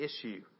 issue